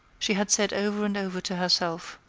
she had said over and over to herself